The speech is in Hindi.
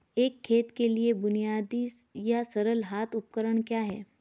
एक खेत के लिए बुनियादी या सरल हाथ उपकरण क्या हैं?